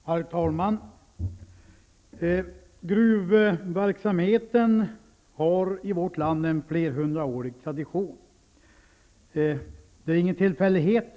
Herr talman! Gruvverksamheten i vårt land har en flerhundraårig tradition. Det är ingen tillfällighet.